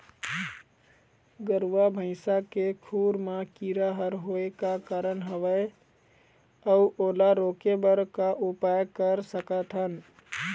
गरवा भैंसा के खुर मा कीरा हर होय का कारण हवए अऊ ओला रोके बर का उपाय कर सकथन?